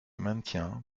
maintiens